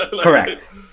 Correct